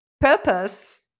purpose